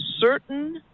certain